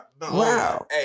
Wow